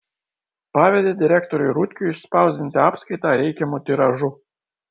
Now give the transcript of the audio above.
pavedė direktoriui rutkiui išspausdinti apskaitą reikiamu tiražu